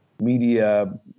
media